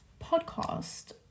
podcast